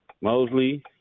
Mosley